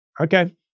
Okay